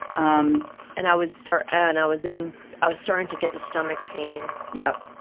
um and i was so and i was in, i was starting to get the stomach pain. yeah